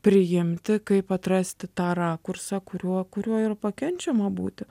priimti kaip atrasti tą rakursą kuriuo kuriuo yra pakenčiama būti